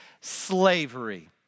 slavery